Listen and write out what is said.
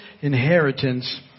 inheritance